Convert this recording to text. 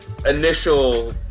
Initial